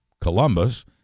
Columbus